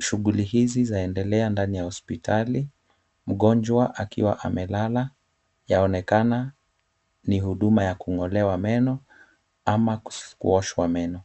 Shughuli izi zaendelea ndani ya hospitali mgonjwa akiwa amelala yaonekana ni huduma ya kung'olewa meno ama ya kuoshwa meno.